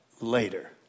later